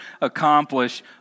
accomplish